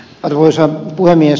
arvoisa puhemies